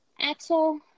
Axel